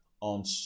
on